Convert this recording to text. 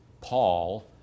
Paul